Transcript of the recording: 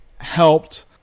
helped